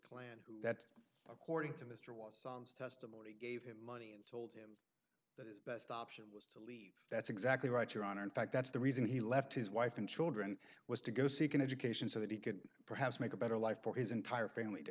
clan that according to mr was testimony gave him money and told him that his best option was to leave that's exactly right your honor in fact that's the reason he left his wife and children was to go seek an education so that he could perhaps make a better life for his entire family to